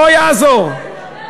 לא יעזור.